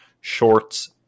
shorts